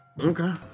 Okay